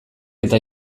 eta